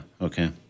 okay